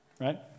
right